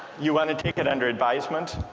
you want to take it under advisement.